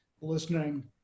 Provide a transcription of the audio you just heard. listening